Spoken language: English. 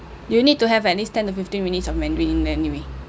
you need to have at least ten to fifteen minutes of mandarin anyway